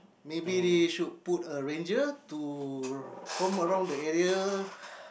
may be it should put a ranger to come around the area